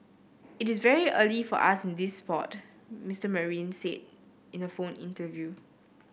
it's very early for us in sport Mister Marine said in a phone interview